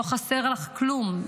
לא חסר לך כלום,